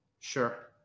sure